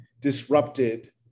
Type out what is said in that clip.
disrupted